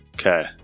Okay